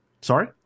sorry